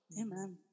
Amen